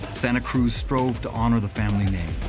santa cruz strove to honor the family name.